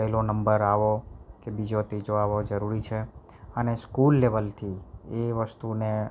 પહેલો નંબર આવો કે બીજો ત્રીજો આવો જરૂરી છે અને સ્કૂલ લેવલથી એ વસ્તુને